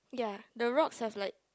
ya the rocks are like